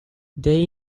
they